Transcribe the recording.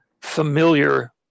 familiar